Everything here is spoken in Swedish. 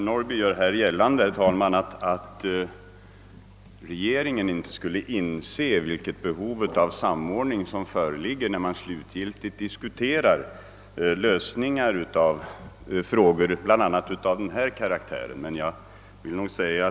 Herr talman! Herr Norrby gör gällande att regeringen inte skulle inse vilket behov av samordning som föreligger när man diskuterar slutgiltiga lösningar av frågor av bl.a. denna karaktär.